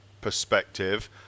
perspective